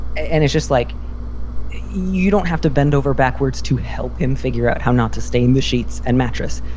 and it's just like you don't have to bend over backwards to help him figure out how not to stay in the sheets and mattress.